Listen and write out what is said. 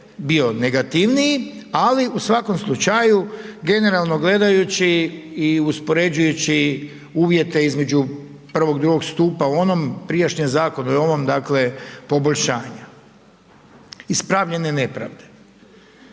bio negativniji ali u svakom slučaju, generalno gledajući i uspoređujući uvjete između I. i II. stupa u onom prijašnjem zakonu i u ovom dakle poboljšanja ispravljene nepravde.